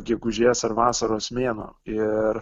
gegužės ar vasaros mėnuo ir